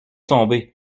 tomber